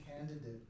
candidate